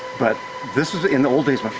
but this is in the old days